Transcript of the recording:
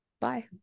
Bye